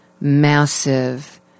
massive